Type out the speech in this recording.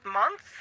month